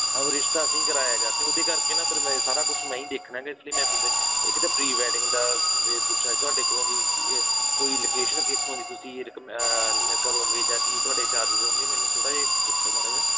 ਉਹ ਰਿਸ਼ਤਾ ਅਸੀਂ ਕਰਾਇਆ ਕਰਦੇ ਤੇ ਉਹਦੇ ਕਰਕੇ ਨਾ ਫਿਰ ਮੈਂ ਇਹ ਸਾਰਾ ਕੁਛ ਮੈਂ ਹੀ ਦੇਖਣਾ ਗਾ ਇਸ ਲਈ ਮੈਂ ਪੁੱਛਦਾ ਇੱਕ ਤਾਂ ਪ੍ਰੀ ਵੈਡਿੰਗ ਦਾ ਵੇ ਪੁੱਛਣਾ ਤੁਹਾਡੇ ਕੋਲੋਂ ਵੀ ਕੋਈ ਲੋਕੇਸ਼ਨ ਕਿੱਥੋਂ ਦੀ ਤੁਸੀਂ ਰਿਕੇਮੈ ਲ ਕਰੋਗੇ ਜਾਂ ਕੀ ਤੁਹਾਡੇ ਚਾਰਜਿਸ ਹੋਣਗੇ ਮੈਨੂੰ ਥੋੜ੍ਹਾ ਜਿਹਾ ਦੱਸੋ ਮਾੜਾ ਜਿਹਾ